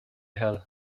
hell